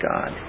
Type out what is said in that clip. God